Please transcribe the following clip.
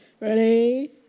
Ready